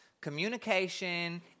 communication